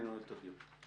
אני נועל את הדיון.